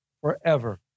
forever